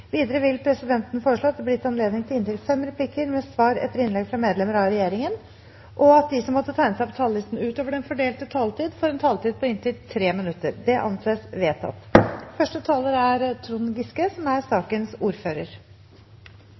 Videre vil presidenten foreslå at det blir gitt anledning til replikkordskifte med inntil fem replikker med svar etter innlegg fra medlemmer av regjeringen, og at de som måtte tegne seg på talerlisten utover den fordelte taletid, får en taletid på inntil tre minutter. – Det anses vedtatt. Innledningsvis vil jeg som